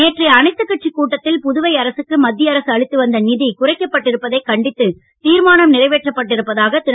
நேற்றைய அனைத்துக் கட்சிக் கூட்டத்தில் புதுவை அரசுக்கு மத்திய அரசு அளித்துவந்த நிதி குறைக்கப் பட்டிருப்பதைக் கண்டித்து தீர்மானம் நிறைவேற்றப் பட்டிருப்பதாக திரு